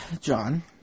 John